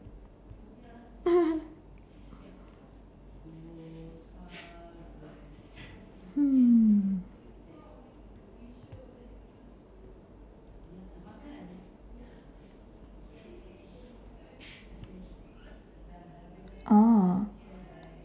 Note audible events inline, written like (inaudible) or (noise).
(laughs) hmm oh